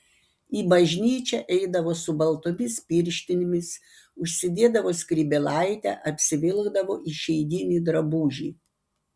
į bažnyčią eidavo su baltomis pirštinėmis užsidėdavo skrybėlaitę apsivilkdavo išeiginį drabužį